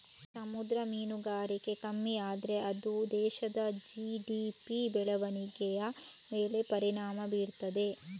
ಸಮುದ್ರ ಮೀನುಗಾರಿಕೆ ಕಮ್ಮಿ ಆದ್ರೆ ಅದು ದೇಶದ ಜಿ.ಡಿ.ಪಿ ಬೆಳವಣಿಗೆಯ ಮೇಲೆ ಪರಿಣಾಮ ಬೀರ್ತದೆ